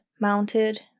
mounted